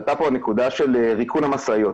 עלתה פה נקודה של ריקון המשאיות,